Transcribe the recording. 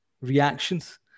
reactions